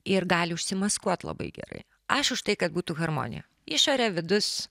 ir gali užsimaskuot labai gerai aš už tai kad būtų harmonija išorė vidus